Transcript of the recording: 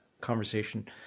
conversation